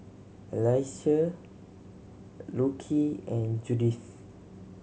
Alysia Lockie and Judith